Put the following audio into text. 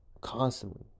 constantly